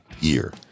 year